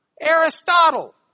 Aristotle